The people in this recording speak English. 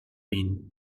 been